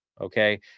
Okay